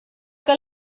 que